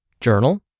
journal